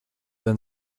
than